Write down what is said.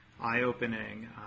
Eye-opening